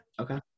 Okay